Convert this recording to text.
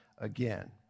again